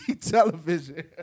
television